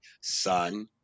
son